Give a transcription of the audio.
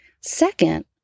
Second